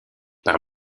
par